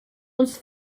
uns